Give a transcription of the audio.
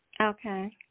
Okay